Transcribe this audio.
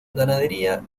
ganadería